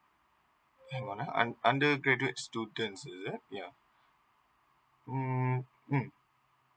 hang on ah I'm undergraduate students is it ya hmm mm